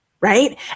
right